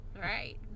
right